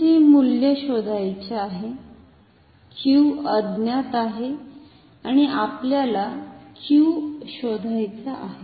चे मूल्य शोधायचे आहे Q अज्ञात आहे आणि आपल्याला Q शोधायचे आहे